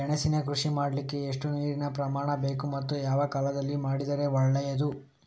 ಗೆಣಸಿನ ಕೃಷಿ ಮಾಡಲಿಕ್ಕೆ ಎಷ್ಟು ನೀರಿನ ಪ್ರಮಾಣ ಬೇಕು ಮತ್ತು ಯಾವ ಕಾಲದಲ್ಲಿ ಮಾಡಿದರೆ ಒಳ್ಳೆಯದು?